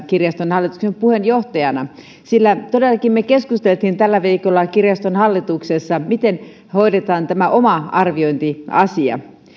kirjaston hallituksen puheenjohtajana tekemästään esityksestä sillä todellakin me keskustelimme tällä viikolla kirjaston hallituksessa miten hoidetaan tämä oma arviointiasia